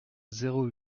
zéro